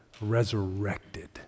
resurrected